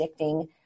addicting